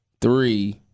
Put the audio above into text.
Three—